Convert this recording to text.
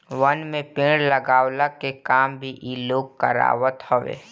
वन में पेड़ लगवला के काम भी इ लोग करवावत हवे